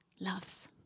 loves